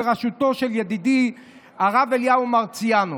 בראשותו של ידידי הרב אליהו מרציאנו.